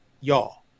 y'all